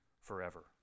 forever